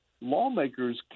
lawmakers